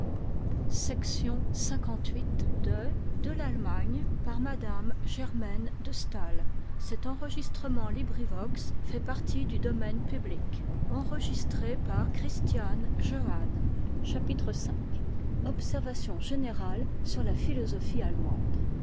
de t'hbmme chapitre v observations générales sur la philosophie allemande